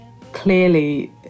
clearly